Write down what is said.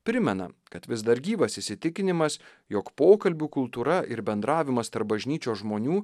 primena kad vis dar gyvas įsitikinimas jog pokalbių kultūra ir bendravimas tarp bažnyčios žmonių